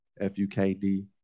F-U-K-D